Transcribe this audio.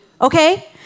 okay